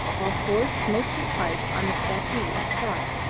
while ford smoked his pipe on the settee inside.